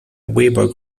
weber